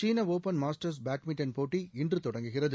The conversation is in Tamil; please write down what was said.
சீன ஒப்பன் மாஸ்டர்ஸ் பேட்மிண்டன் போட்டி இன்று தொடங்குகிறது